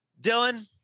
Dylan